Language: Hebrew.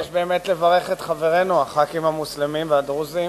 אני מבקש באמת לברך את חברינו חברי הכנסת המוסלמים והדרוזים